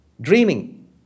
dreaming